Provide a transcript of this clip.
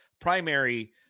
primary